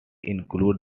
include